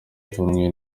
ipfunwe